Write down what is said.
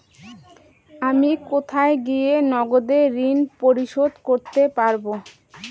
আমি কোথায় গিয়ে নগদে ঋন পরিশোধ করতে পারবো?